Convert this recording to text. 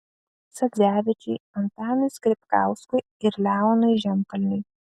sadzevičiui antanui skripkauskui ir leonui žemkalniui